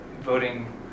voting